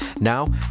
Now